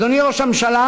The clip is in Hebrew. אדוני ראש הממשלה,